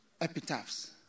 epitaphs